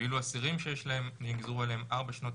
ואילו אסירים שנגזרו עליהם ארבע שנות